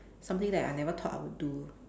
something that I never thought I would do